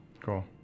Cool